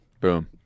Boom